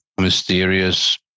mysterious